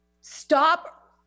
Stop